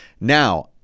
now